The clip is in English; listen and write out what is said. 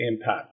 impact